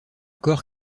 corps